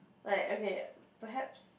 like okay perhaps